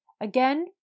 Again